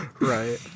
Right